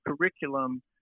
curriculum